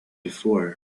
before